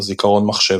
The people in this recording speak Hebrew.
או זיכרון מחשב.